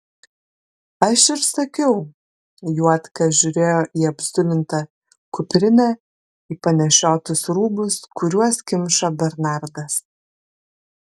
aš ir sakiau juodka žiūrėjo į apzulintą kuprinę į panešiotus rūbus kuriuos kimšo bernardas